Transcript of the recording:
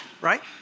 right